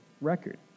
record